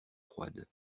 froide